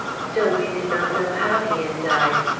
still we did not know how he had died.